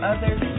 Others